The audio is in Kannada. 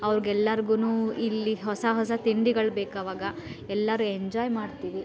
ಅವ್ರಿಗೆಲ್ಲರ್ಗೂ ಇಲ್ಲಿ ಹೊಸ ಹೊಸ ತಿಂಡಿಗಳು ಬೇಕು ಅವಾಗ ಎಲ್ಲರೂ ಎಂಜಾಯ್ ಮಾಡ್ತೀವಿ